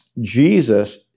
Jesus